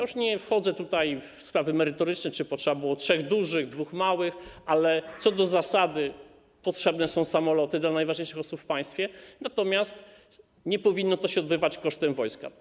Już nie wchodzę w sprawy merytoryczne, czy potrzeba było trzech dużych, czy dwóch małych, ale co do zasady potrzebne są samoloty dla najważniejszych osób w państwie, natomiast nie powinno to się odbywać kosztem wojska.